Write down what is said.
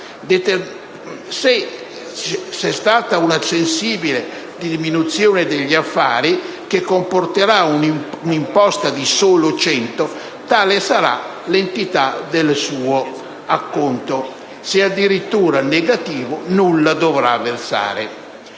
vi è stata una sensibile diminuzione degli affari, che comporterà un'imposta di soli 100 euro, tale sarà l'entità del suo acconto; se addirittura va in negativo, il contribuente